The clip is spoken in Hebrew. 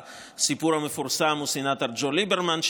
הסיפור המפורסם של סנטור ג'ו ליברמן,